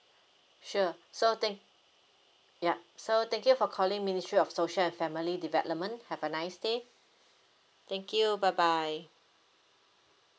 sure so thank ya so thank you for calling ministry of social and family development have a nice day thank you bye bye